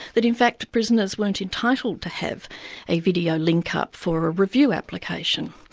that in fact prisoners weren't entitled to have a video linkup for a review application.